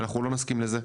אנחנו לא נסכים איתה.